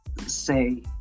say